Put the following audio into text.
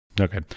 okay